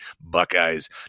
buckeyes